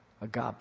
Agape